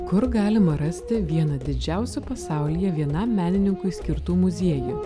kur galima rasti vieną didžiausių pasaulyje vienam menininkui skirtų muziejų